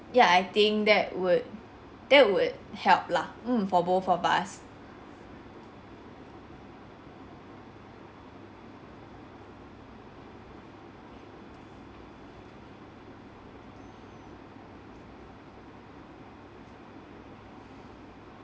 ya I think that would that would help lah mm for both of us